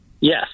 Yes